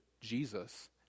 Jesus